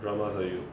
drama sia you